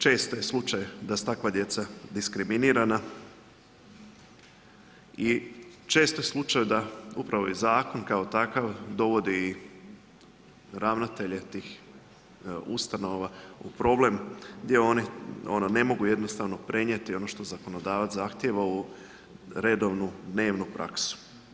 Često je slučaj da su takva djeca diskriminirana i često je slučaj da upravo i zakon kao takav dovodi ravnatelje tih ustanova u problem gdje oni ne mogu jednostavno prenijeti ono što zakonodavac zahtjeva u redovnu dnevnu praksu.